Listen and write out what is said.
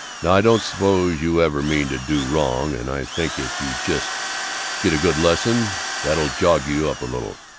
now i don't s'pose you ever mean to do wrong, and i think if you just get a good lesson that'll jog you up a little,